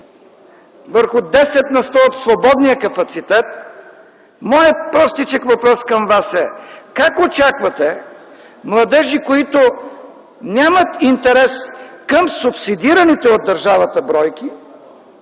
върху 10 на сто от свободния капацитет, моят простичък въпрос към вас е: как очаквате младежи, които нямат интерес към субсидираните от държавата бройки,